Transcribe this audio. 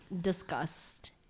discussed